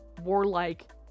warlike